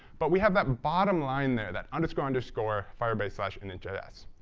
but we have that bottom line there, that underscore underscore firebase ah so init js.